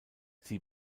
sie